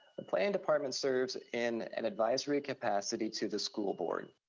the plan department serves in an advisory capacity to the school board.